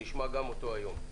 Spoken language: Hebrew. שנשמע גם אותו היום.